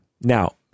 now